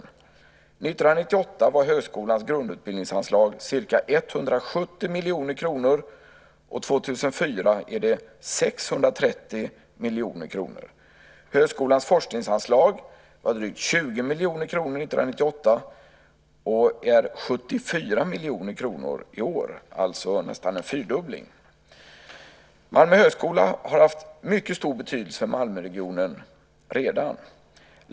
År 1998 var högskolans grundutbildningsanslag ca 170 miljoner kronor och år 2004 är det 630 miljoner kronor. Högskolans forskningsanslag var drygt 20 miljoner kronor år 1998 och är 74 miljoner kronor i år, det vill säga nästan en fyrdubbling. Malmö högskola har redan haft mycket stor betydelse för Malmöregionen.